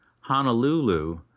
Honolulu